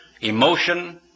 emotion